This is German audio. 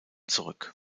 zurück